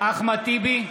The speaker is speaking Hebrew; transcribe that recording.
אחמד טיבי,